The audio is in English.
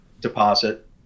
deposit